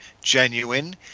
genuine